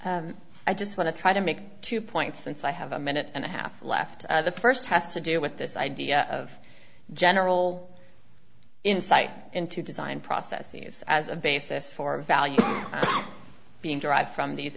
i just want to try to make two points since i have a minute and a half left the first has to do with this idea of general insight into design process sees as a basis for value being derived from these